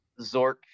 zork